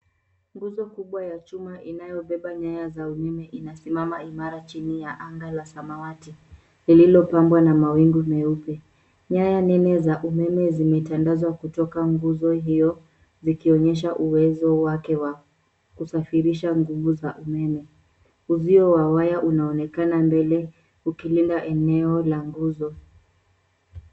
Nguzo kubwa ya chuma inayobeba nyaya za umeme inasimama imara chini ya anga ya samawati, iliyopambwa na mawingu meupe. Nyaya Nene za umeme zimetandazwa kutoka nguzo hio, zikionyesha uwezo wake wa kusafirisha nguvu za umeme. Uzio wa waya unaonekana mbele, ukilinda eneo la nguzo.